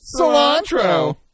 Cilantro